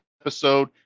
episode